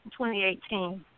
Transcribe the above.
2018